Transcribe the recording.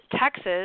Texas